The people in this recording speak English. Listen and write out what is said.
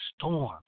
storm